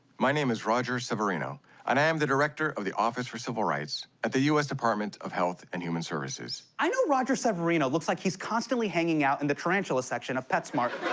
my name is roger severino, and i am the director of the office for civil rights at the us department of health and human services. i know roger severino looks like he's constantly hanging out in the tarantula section of petsmart.